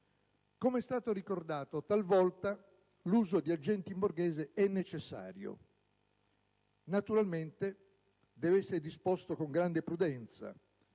Come è stato ricordato, talvolta l'uso di agenti in borghese è necessario. Naturalmente deve essere disposto con grande prudenza,